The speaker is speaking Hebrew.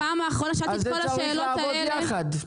אז זה צריך לעבוד יחד.